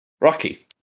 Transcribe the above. Rocky